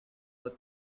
that